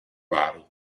vari